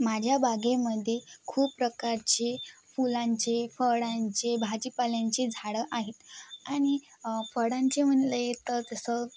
माझ्या बागेमध्ये खूप प्रकारचे फुलांचे फळांचे भाजीपाल्याची झाडं आहेत आणि फळांचे म्हटले तर तसं